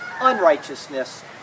unrighteousness